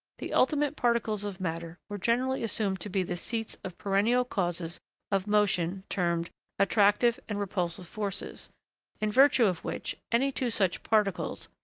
the ultimate particles of matter were generally assumed to be the seats of perennial causes of motion termed attractive and repulsive forces in virtue of which, any two such particles,